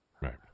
right